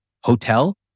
hotel